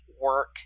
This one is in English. work